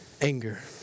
anger